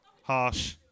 Harsh